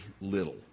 little